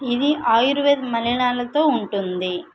ఇది ఆయుర్వేద మలిణాలతో ఉంటుంది